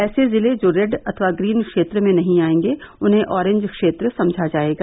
ऐसे जिले जो रेड अथवा ग्रीन क्षेत्र में नहीं आयेंगे उन्हें अॅरिंज क्षेत्र समझा जाएगा